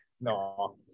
No